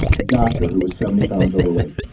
a doctor who was seventy pounds overweight.